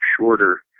shorter